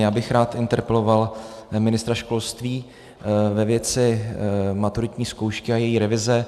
Já bych rád interpeloval ministra školství ve věci maturitní zkoušky a její revize.